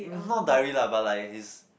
not diary lah but like his